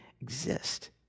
exist